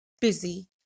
busy